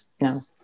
No